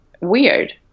weird